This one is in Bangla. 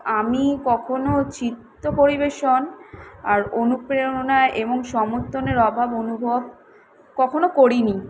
আমি কখনো চিত্র পরিবেশন আর অনুপ্রেরণায় এবং সমর্থনের অভাব অনুভব কখনো করি নি